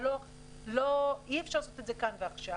אבל אי-אפשר לעשות את זה כאן ועכשיו.